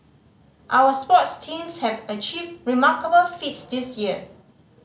our sports teams have achieved remarkable feats this year